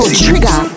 trigger